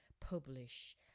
publish